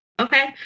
okay